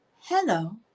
Hello